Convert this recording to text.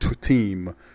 team